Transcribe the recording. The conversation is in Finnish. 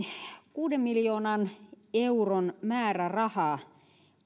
kuuden miljoonan euron määräraha